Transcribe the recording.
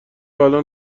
الان